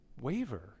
waver